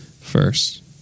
first